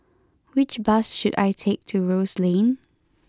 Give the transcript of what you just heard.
which bus should I take to Rose Lane